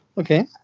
Okay